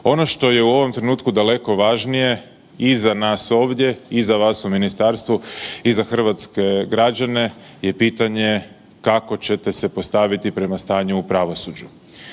ono što je u ovom trenutku daleko važnije i za nas ovdje i za vas u ministarstvu i za hrvatske građane je pitanje kako ćete se postaviti prema stanju u pravosuđu.